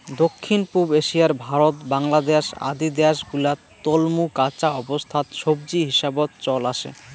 দক্ষিণ পুব এশিয়ার ভারত, বাংলাদ্যাশ আদি দ্যাশ গুলাত তলমু কাঁচা অবস্থাত সবজি হিসাবত চল আসে